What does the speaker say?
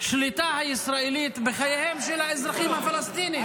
והשליטה הישראלית בחייהם של האזרחים הפלסטינים.